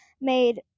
made